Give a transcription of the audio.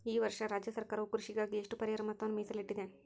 ಈ ವರ್ಷ ರಾಜ್ಯ ಸರ್ಕಾರವು ಕೃಷಿಗಾಗಿ ಎಷ್ಟು ಪರಿಹಾರ ಮೊತ್ತವನ್ನು ಮೇಸಲಿಟ್ಟಿದೆ?